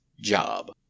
job